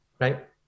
Right